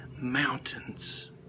mountains